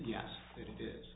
yes it is